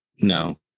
No